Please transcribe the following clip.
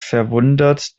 verwundert